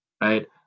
right